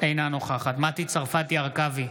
אינה נוכחת מטי צרפתי הרכבי,